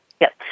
Yes